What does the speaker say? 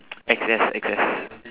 X_S X_S